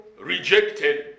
rejected